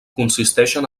consisteixen